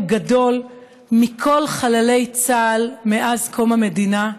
גדול ממספר כל חללי צה"ל מאז קום המדינה,